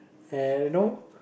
and you know